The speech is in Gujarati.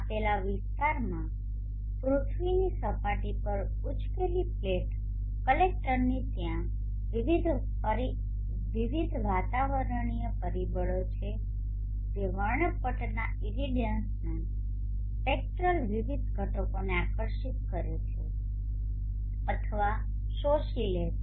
આપેલા વિસ્તારમાં પૃથ્વીની સપાટી પર ઉચકેલી પ્લેટ કલેક્ટરની ત્યાં વિવિધ વાતાવરણીય પરિબળો છે જે વર્ણપટના ઇરેડિયન્સના સ્પેક્ટ્રલ વિવિધ ઘટકોને આકર્ષિત કરે છે અથવા શોષી લે છે